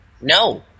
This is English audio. no